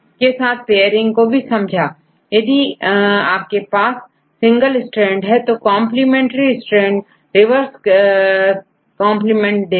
तो यदि आपके पास सिंगल स्टैंड है तो कंप्लीमेंट्री स्ट्रैंड रिवर्स कंप्लीमेंट्री होगा